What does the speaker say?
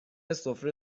سفره